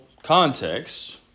context